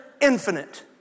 infinite